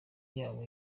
yabo